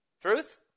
Truth